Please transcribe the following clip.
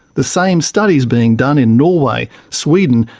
the same study is being done in norway, sweden,